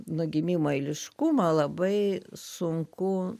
nuo gimimo eiliškumo labai sunku